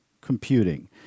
computing